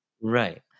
Right